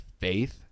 faith